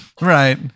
right